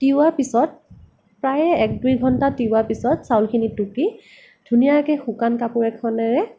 তিওৱাৰ পিছত প্ৰায় এক দুই ঘণ্টা তিওৱাৰ পিছত চাউলখিনি টুকি ধুনীয়াকৈ শুকান কাপোৰ এখনেৰে